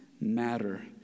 matter